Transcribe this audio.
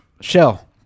Shell